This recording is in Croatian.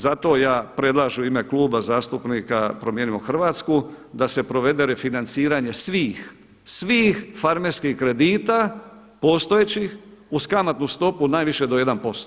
Zato ja predlažem u ime Kluba zastupnika Promijenimo Hrvatsku da se provede refinanciranje svih farmerskih kredita postojećih uz kamatnu stopu od najviše do 1%